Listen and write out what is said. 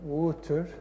water